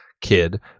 kid